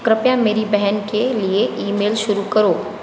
कृपया मेरी बहन के लिए ईमेल शुरू करो